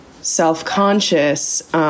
Self-conscious